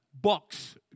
box